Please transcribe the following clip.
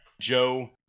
Joe